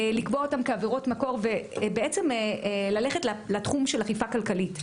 לקבוע אותם כעבירות מקור ובעצם ללכת לתחום של אכיפה כלכלית,